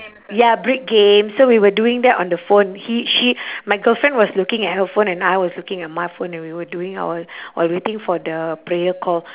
ya brick games so we were doing that on the phone he she my girlfriend was looking at her phone and I was looking at my phone and we were doing our while waiting for the prayer call